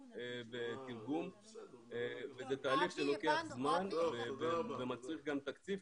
ותרגום וזה תהליך שלוקח זמן וזה מצריך גם תקציב,